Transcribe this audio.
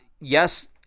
yes